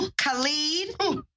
Khalid